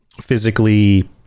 physically